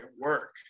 work